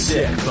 Sick